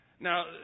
Now